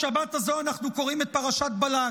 בשבת הזו אנחנו קוראים את פרשת בלק.